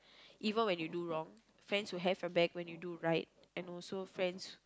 even when you do wrong friends who have your back when you do right and also friends